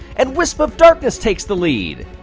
and wisp of darkness takes the lead!